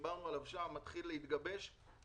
הוא הצליח לייצב את המערכת,